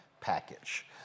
package